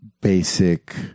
basic